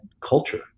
culture